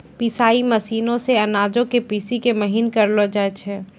पिसाई मशीनो से अनाजो के पीसि के महीन करलो जाय छै